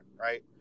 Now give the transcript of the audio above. right